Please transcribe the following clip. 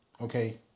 Okay